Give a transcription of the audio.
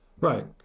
right